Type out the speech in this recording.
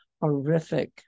horrific